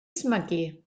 ysmygu